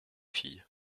filles